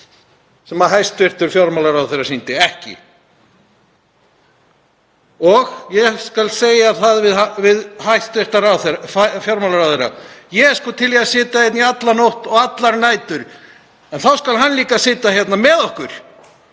sem hæstv. fjármálaráðherra sýndi ekki. Ég skal segja það við hæstv. fjármálaráðherra: Ég er til í að sitja hérna í alla nótt og allar nætur. En þá skal hann líka sitja hérna með okkur